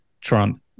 Trump